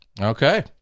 Okay